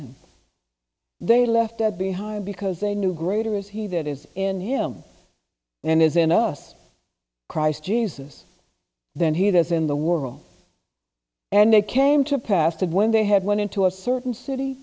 them they left that behind because they knew greater is he that is in him and is in us christ jesus than he does in the world and they came to pass that when they had went into a certain city